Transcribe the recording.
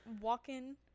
walking